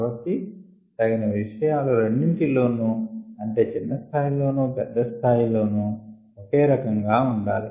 కాబట్టి తగిన విషయాలు రెండింటి లోను అంటే చిన్నస్థాయిలోను పెద్ద స్థాయి లోను ఒకే రకం గా ఉండాలి